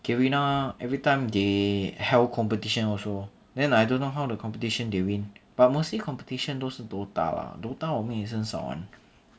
Garena everytime they held competition also then I don't know how to competition they win but mostly competition 都是 DOTA lah DOTA 我们也是很少玩